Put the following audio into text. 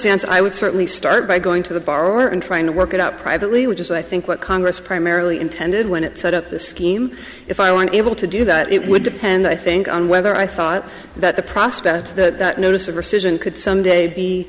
tance i would certainly start by going to the bar and trying to work it out privately which is i think what congress primarily intended when it set up the scheme if i were able to do that it would depend i think on whether i thought that the prospects the notice of rescission could someday